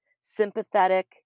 sympathetic